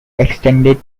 extended